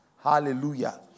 Hallelujah